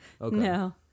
No